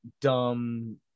dumb